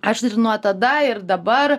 aš nuo tada ir dabar